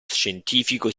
scientifico